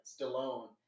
Stallone